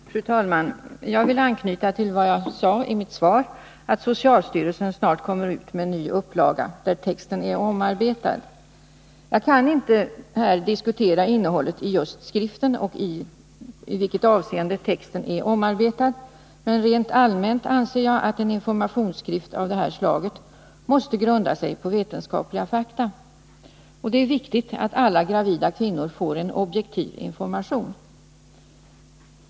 | SM en ny kvinnoklinik Fru talman! Jag vill anknyta till vad jag sade i mitt svar om att i Uppsala socialstyrelsen snart kommer ut med en ny upplaga där texten är omarbetad. Jag kan inte här diskutera innehållet i skriften och i vilket avseende texten är omarbetad, men rent allmänt anser jag att en informationsskrift av det här slaget måste grunda sig på vetenskapliga fakta. Det är viktigt att alla gravida kvinnor får en objektiv information.